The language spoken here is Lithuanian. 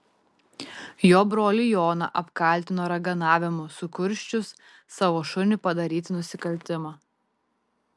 jo brolį joną apkaltino raganavimu sukursčius savo šunį padaryti nusikaltimą